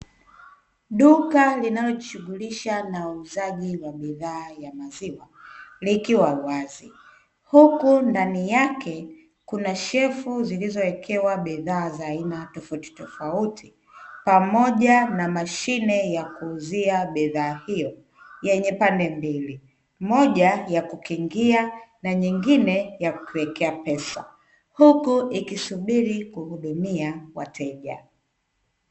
Duka linalojishughulisha na uuzaji wa bidhaa ya maziwa likiwa wazi, huku ndani yake kuna shelfu zilizoekewa bidhaa za aina tofauti tofauti pamoja na mashine ya kuuzia bidhaa hiyo yenye pande mbili moja ya kukingia na nyingine ya kuwekea pesa, huku ikisubiri kuhudumia wateja.